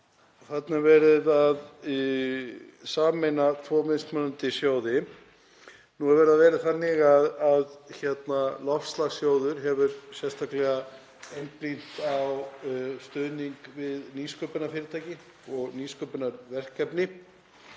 Þarna er verið að sameina tvo mismunandi sjóði. Nú hefur það verið þannig að loftslagssjóður hefur sérstaklega einblínt á stuðning við nýsköpunarfyrirtæki og nýsköpunarverkefni